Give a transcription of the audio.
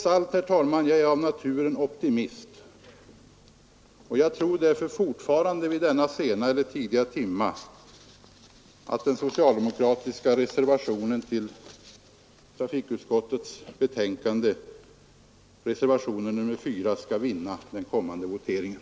Jag är, herr talman, av naturen optimist, och trots allt tror jag vid denna sena eller tidiga timme att den socialdemokratiska reservationen till trafikutskottets betänkande — reservationen nr 4 — skall vinna i den kommande voteringen.